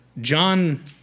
John